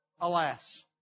alas